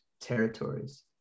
territories